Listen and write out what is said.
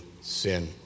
sin